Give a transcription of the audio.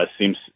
seems